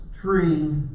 tree